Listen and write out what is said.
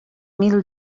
mil